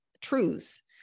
truths